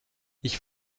ich